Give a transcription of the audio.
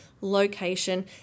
location